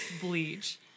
bleach